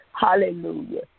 Hallelujah